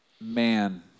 man